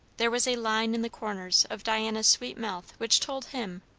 there was a line in the corners of diana's sweet mouth which told him,